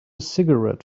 cigarette